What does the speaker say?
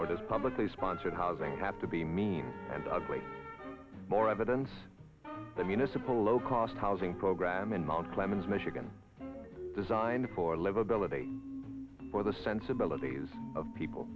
this publicly sponsored housing have to be mean and ugly more evidence the municipal low cost housing program in mount clemens michigan designed for livability for the sensibilities of people